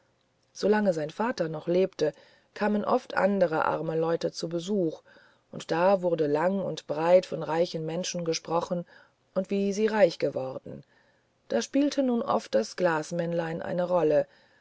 solang sein vater noch lebte kamen oft andere arme leute zum besuch und da wurde lang und breit von reichen menschen gesprochen und wie sie reich geworden da spielte nun oft das glasmännlein eine rolle